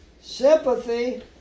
sympathy